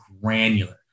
granular